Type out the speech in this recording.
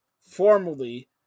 formally